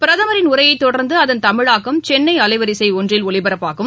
பிரதமரின் உரையை தொடர்ந்து அதன் தமிழாக்கம் சென்னை அலைவரிசை ஒன்றில் ஒலிபரப்பாகும்